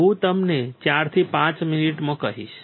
હું તમને 4 થી 5 મિનિટમાં કહીશ